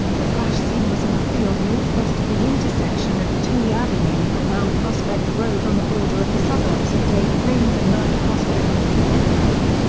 the crash scene was in a field northwest of the intersection of touhy avenue and mount prospect road on the border of the suburbs of des plaines and mount prospect, illinois.